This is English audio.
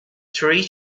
three